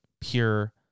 pure